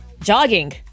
jogging